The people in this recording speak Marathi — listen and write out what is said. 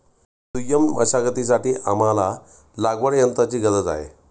दुय्यम मशागतीसाठी आम्हाला लागवडयंत्राची गरज आहे